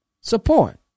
Support